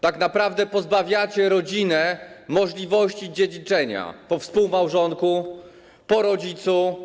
Tak naprawdę pozbawiacie rodzinę możliwości dziedziczenia po współmałżonku, po rodzicu.